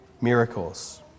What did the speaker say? miracles